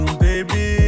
baby